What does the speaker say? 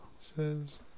Says